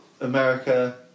America